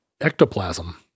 ectoplasm